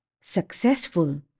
successful